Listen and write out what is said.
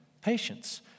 patience